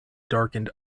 darkened